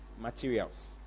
materials